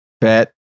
bet